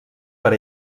per